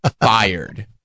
fired